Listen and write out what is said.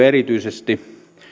erityisesti